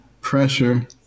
pressure